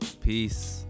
Peace